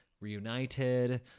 reunited